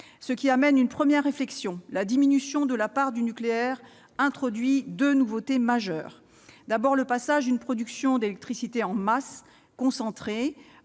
me conduit à une première réflexion. La diminution de la part du nucléaire introduit deux nouveautés majeures. La première est le passage d'une production d'électricité en masse, concentrée,